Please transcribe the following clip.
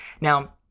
Now